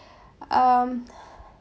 um